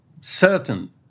certain